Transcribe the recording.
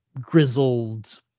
grizzled